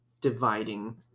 dividing